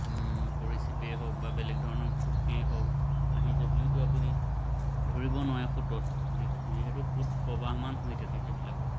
সৰীসৃপেই হওক বা বেলেগ ধৰণৰ পোকেই হওক আহিছে বুলিওতো আপুনি ধৰিব নোৱাৰে সোঁতত যিহেতু সোঁত প্ৰবাহমান হৈ থাকে সেইবিলাকত